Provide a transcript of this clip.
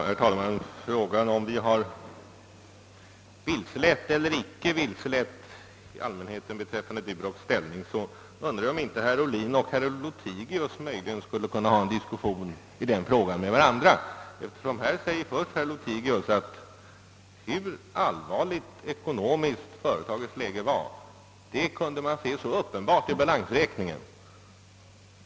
Herr talman! Vad beträffar frågan om vi har vilselett eller inte vilselett allmänheten beträffande Durox undrar jag, om inte herr Ohlin och herr Lothigius möjligen skulle kunna föra en diskussion i den frågan med varandra. Här säger herr Lothigius att hur allvarligt ekonomiskt företagets läge var kunde man uppenbart se av balansräkningen.